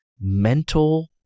mental